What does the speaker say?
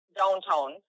downtown